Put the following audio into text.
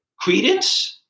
Credence